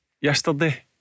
yesterday